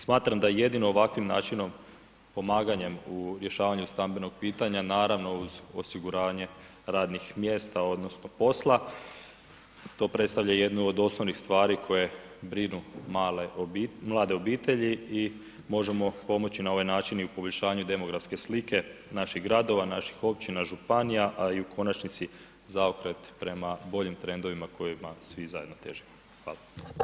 Smatram da jedino ovakvim načinom, pomaganjem u rješavanju stambenog pitanja, naravno uz osiguranje radnih mjesta odnosno posla, to predstavlja jednu od osnovnih stvari koje brinu mlade obitelji i možemo pomoći na ovaj način i u poboljšanju demografske slike naših gradova, naših općina, županija a i u konačnici zaokret prema boljim trendovima kojima svi zajedno težimo, hvala.